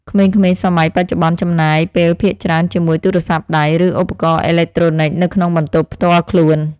ក្មេងៗសម័យបច្ចុប្បន្នចំណាយពេលភាគច្រើនជាមួយទូរស័ព្ទដៃ ឬឧបករណ៍អេឡិចត្រូនិកនៅក្នុងបន្ទប់ផ្ទាល់ខ្លួន។